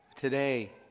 Today